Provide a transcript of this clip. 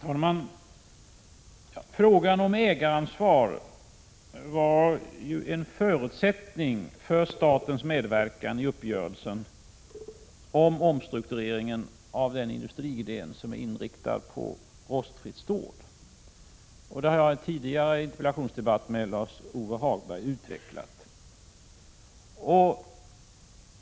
Herr talman! Frågan om ägaransvar var ju en förutsättning för statens medverkan i uppgörelsen om omstruktureringen av den industrigren som är inriktad på rostfritt stål. Detta har jag tidigare i en interpellationsdebatt med Lars-Ove Hagberg utvecklat.